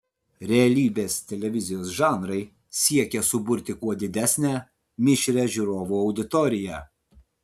realybės televizijos žanrai siekia suburti kuo didesnę mišrią žiūrovų auditoriją